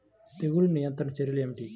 తెగులు నియంత్రణ చర్యలు ఏమిటి?